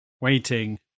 waiting